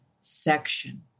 Section